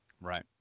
Right